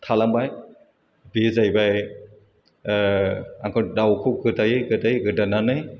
थालांबाय बेयो जाहैबाय आंखौ दाउखौ गोदायै गोदायै गोदानानै